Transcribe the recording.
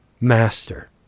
master